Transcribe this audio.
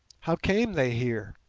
how came they here?